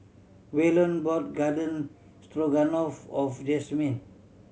Waylon brought Garden Stroganoff of Jasmyne